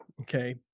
Okay